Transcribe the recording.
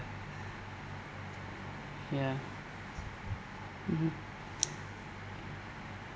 ya mmhmm